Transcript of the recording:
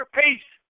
peace